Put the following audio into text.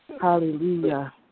Hallelujah